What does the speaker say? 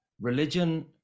religion